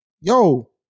yo